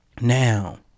now